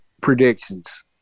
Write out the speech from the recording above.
predictions